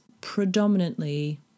predominantly